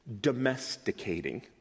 domesticating